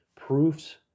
proofs